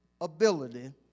ability